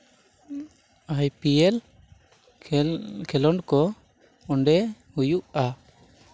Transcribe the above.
IPL ᱠᱷᱮᱹᱞ ᱠᱷᱮᱞᱳᱰ ᱠᱚ ᱚᱸᱰᱮ ᱦᱩᱭᱩᱜᱼᱟ